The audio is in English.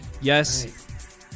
Yes